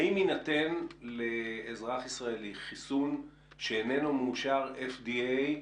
האם יינתן לאזרח ישראלי חיסון שאיננו מאושר FDA,